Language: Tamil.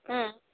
ம்